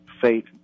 faith